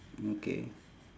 okay